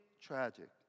tragic